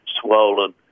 swollen